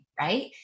Right